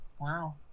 Wow